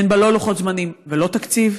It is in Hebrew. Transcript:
אין בה לא לוחות זמנים ולא תקציב,